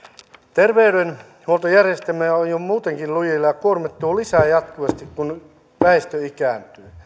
terveydenhuoltojärjestelmä on jo muutenkin lujilla ja kuormittuu lisää jatkuvasti kun väestö ikääntyy